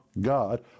God